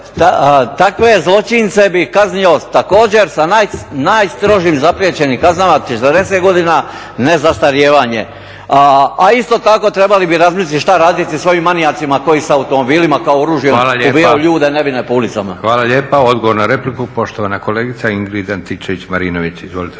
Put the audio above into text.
takve zločince bi kaznio također sa najstrožim zapriječenim kaznama, 40 godina nezastarijevanje. A isto tako trebali bi razmislit što radit s ovim manijacima koji s automobilima kao oružjem ubijaju ljude nevine po ulicama. **Leko, Josip (SDP)** Hvala lijepa. Odgovor na repliku, poštovana kolegica Ingrid Antičević-Marinović. Izvolite